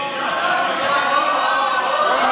לא, לא.